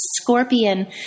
scorpion